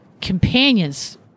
companions